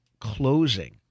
closing